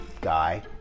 guy